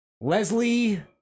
Leslie